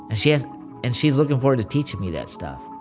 and she's and she's looking forward to teaching me that stuff.